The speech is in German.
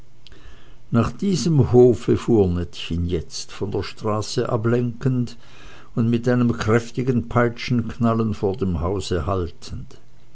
nach diesem hofe fuhr nettchen jetzt von der straße ablenkend und mit einem kräftigen peitschenknallen vor dem hause haltend